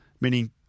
meaning